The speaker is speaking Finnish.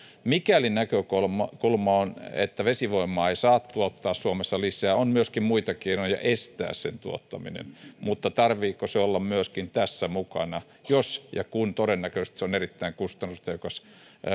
mikäli näkökulma on että vesivoimaa ei saa tuottaa suomessa lisää on myöskin muita keinoja estää sen tuottaminen mutta tarvitseeko sen olla myöskin tässä mukana jos ja kun todennäköisesti se on erittäin kustannustehokas